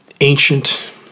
ancient